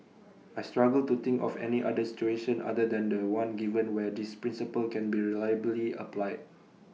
I struggle to think of any other situation other than The One given where this principle can be reliably applied